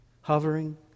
hovering